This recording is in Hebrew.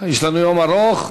יש לנו יום ארוך.